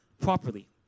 properly